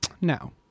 Now